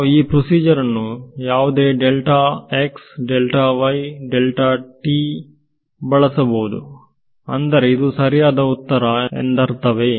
ನಾನು ಈ ಪ್ರೋಸಿಜರ್ ಅನ್ನು ಯಾವುದೇ ಬಳಸಬಹುದು ಅಂದರೆ ಇದು ಸರಿಯಾದ ಉತ್ತರ ಎಂದರ್ಥವೇ